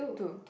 two